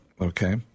okay